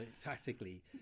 tactically